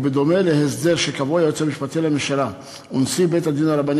ובדומה להסדר שקבעו היועץ המשפטי לממשלה ונשיא בית-הדין הרבני